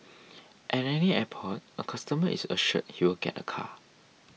at any airport a customer is assured he will get a car